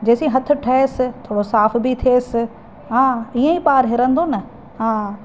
जेसि ताईं हथ ठहियसि थोरो साफ़ बि थियसि हा ईअं ई ॿारु हिरंदो न हा